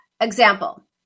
Example